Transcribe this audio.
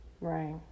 Right